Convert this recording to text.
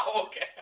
Okay